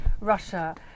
Russia